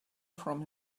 from